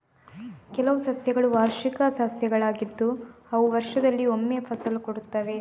ಕೆಲವು ಸಸ್ಯಗಳು ವಾರ್ಷಿಕ ಸಸ್ಯಗಳಾಗಿದ್ದು ಅವು ವರ್ಷದಲ್ಲಿ ಒಮ್ಮೆ ಫಸಲು ಕೊಡ್ತವೆ